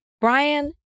Brian